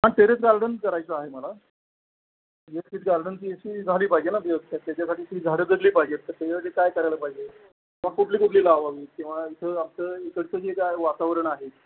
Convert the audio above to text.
पण terrace garden करायचं आहे मला गार्डन ती अशी झाली पाहिजे ना त्याच्यासाठी ती झाडं जगली पाहिजे तर त्याच्यासाठी काय करायला पाहिजे किंवा कुठली कुठली लावावी किंवा इथं आता इकडचं जे काय वातावरण आहे